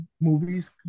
movies